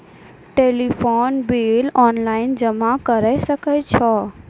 Telephone bill online जमा करै सकै छौ?